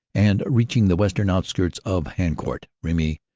and reaching the western outskirts of haucourt, remy,